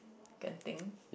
Genting